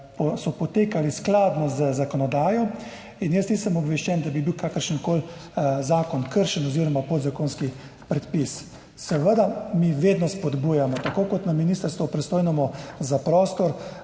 so potekali skladno z zakonodajo in jaz nisem obveščen, da bi bil kakršenkoli zakon kršen oziroma podzakonski predpis. Mi seveda vedno spodbujamo, tako kot na ministrstvu, pristojnem za prostor,